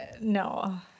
No